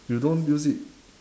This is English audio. you don't use it